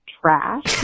trash